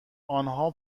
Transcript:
آنها